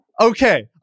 Okay